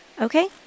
okay